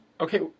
Okay